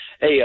Hey